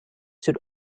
should